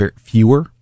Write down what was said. fewer